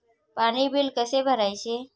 पाणी बिल कसे भरायचे?